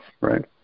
Right